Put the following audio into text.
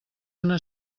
una